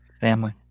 family